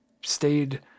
stayed